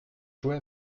jouait